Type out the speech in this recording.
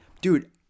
dude